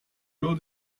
bill